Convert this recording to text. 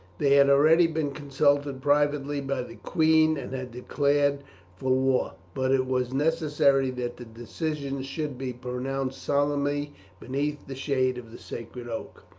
they had already been consulted privately by the queen and had declared for war but it was necessary that the decision should be pronounced solemnly beneath the shade of the sacred oak.